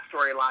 storyline